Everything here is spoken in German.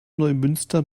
neumünster